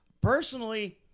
Personally